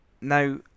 now